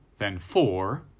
then four.